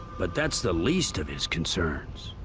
but that's the least of his concerns.